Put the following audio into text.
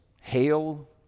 hail